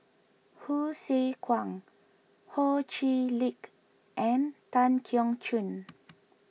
Hsu Tse Kwang Ho Chee Lick and Tan Keong Choon